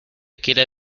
quiere